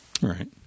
Right